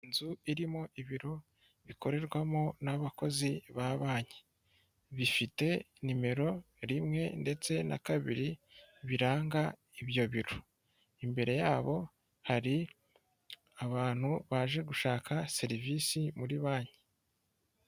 Inzu irimo ibiro bikorerwamo n'abakozi ba banki, bifite nimero rimwe ndetse na kabiri biranga ibyo biro, imbere yabo hari abantu baje gushaka serivisi muri banki.